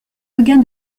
regain